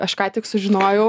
aš ką tik sužinojau